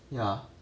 yeah